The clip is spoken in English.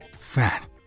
fat